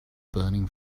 burning